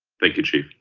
thank you, chief.